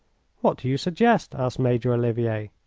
what do you suggest? asked major olivier.